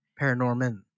Paranorman